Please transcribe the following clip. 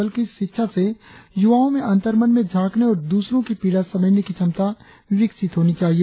बल्कि शिक्षा से युवाओं में अंतर्मन में झांकने और द्रसरों की पीड़ा समझने की क्षमता विकसित होनी चाहिए